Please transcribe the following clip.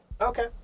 Okay